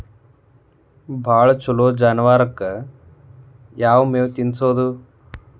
ಭಾಳ ಛಲೋ ಜಾನುವಾರಕ್ ಯಾವ್ ಮೇವ್ ತಿನ್ನಸೋದು?